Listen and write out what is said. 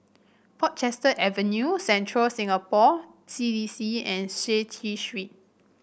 Portchester Avenue Central Singapore C D C and Seah T Street